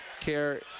care